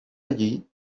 allí